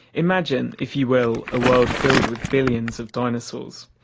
imagine, if you will, a world filled with billions of dinosaurs.